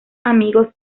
amigos